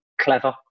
clever